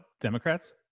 Democrats